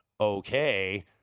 okay